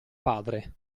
padre